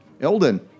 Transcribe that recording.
Elden